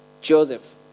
Joseph